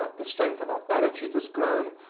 ah the strength of our balance sheet has grown.